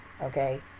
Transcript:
okay